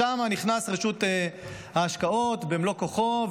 שם נכנסת רשות ההשקעות במלוא כוחה,